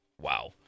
wow